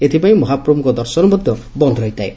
ଏଥିପାଇଁ ମହାପ୍ରଭୁଙ୍କ ଦର୍ଶନ ମଧ ବନ୍ଦ ରହିଥାଏ